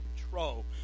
control